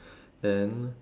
then